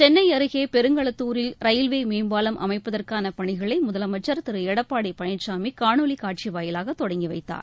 சென்னை அருகே பெருங்களத்தூரில் ரயில்வே மேம்பாலம் அமைப்பதற்கான பணிகளை முதலமைச்சர் திரு எடப்பாடி பழனிசாமி காணொலி காட்சி வாயிலாக தொடங்கிவைத்தார்